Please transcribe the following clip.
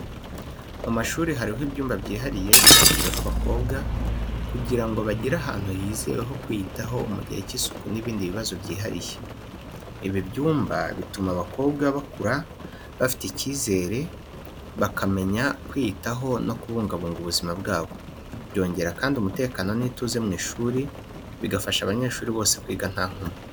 Mu mashuri, hariho ibyumba byihariye byashyiriweho abakobwa, kugira ngo bagire ahantu hizewe ho kwiyitaho mu gihe cy’isuku n’ibindi bibazo byihariye. Ibi byumba bituma abakobwa bakura bafite icyizere, bakamenya kwiyitaho no kubungabunga ubuzima bwabo. Byongera kandi umutekano n’ituze mu mashuri, bigafasha abanyeshuri bose kwiga neza nta nkomyi.